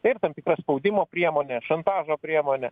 taip tam tikra spaudimo priemonė šantažo priemonė